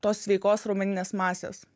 tos sveikos raumeninės masės